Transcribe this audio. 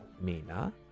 Mina